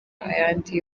ayandi